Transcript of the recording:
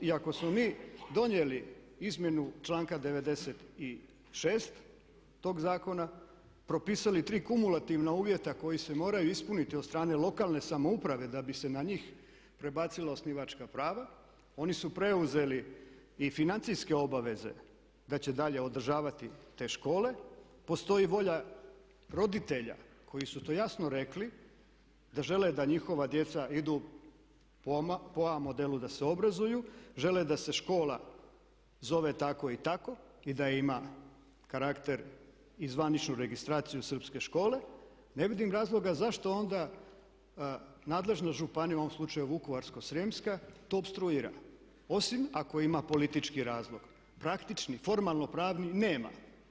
I ako smo mi donijeli izmjenu članka '96. tog zakona, propisali tri kumulativna uvjeta koji se moraju ispuniti od strane lokalne samouprave da bi se na njih prebacilo osnivačka prava, oni su preuzeli i financijske obaveze da će dalje održavati te škole, postoji volja roditelja koji su to jasno rekli da žele da njihova djeca idu po A modelu da se obrazuju, žele da se škola zove tako i tako i da ima karakter i zvaničnu registraciju srpske škole, ne vidim razloga zašto onda nadležna županija u ovom slučaju Vukovarsko-srijemska to opstruira, osim ako ima politički razlog, praktični, formalno pravni nema.